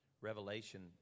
revelation